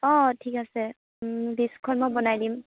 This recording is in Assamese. অঁ অঁ ঠিক আছে লিষ্টখন মই বনাই দিম